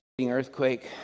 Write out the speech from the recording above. earthquake